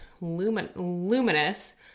Luminous